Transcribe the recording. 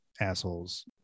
assholes